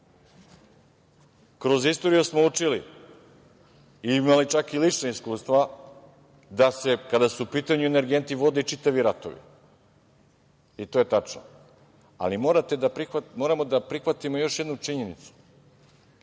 istoriju smo učili, imali čak i lična iskustva kada su u pitanju energenti vode čitavi ratovi i to je tačno, ali moramo da prihvatimo još jednu činjenicu